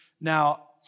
Now